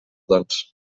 doncs